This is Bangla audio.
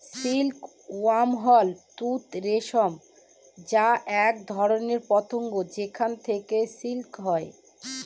সিল্ক ওয়ার্ম হল তুঁত রেশম যা এক ধরনের পতঙ্গ যেখান থেকে সিল্ক হয়